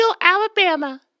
Alabama